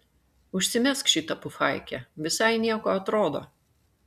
užsimesk šitą pufaikę visai nieko atrodo